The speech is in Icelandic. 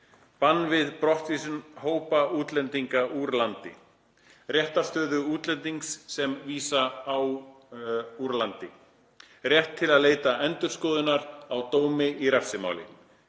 Bann við brottvísun hópa útlendinga úr landi. * Réttarstöðu útlendings sem á að vísa úr landi. * Rétt til að leita endurskoðunar á dómi í refsimáli.